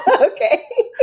okay